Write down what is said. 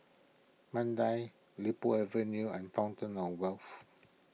Mandai Li Po Avenue and Fountain of Wealth